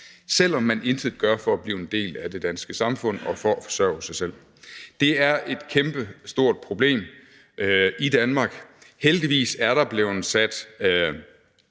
selv om man intet gør for at blive en del af det danske samfund og for at forsørge sig selv. Det er et kæmpestort problem i Danmark. Heldigvis er der blevet sat